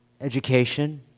education